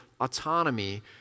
autonomy